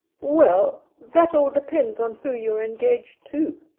well, that all depends on who you're engaged to,